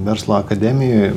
verslo akademijoj